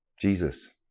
Jesus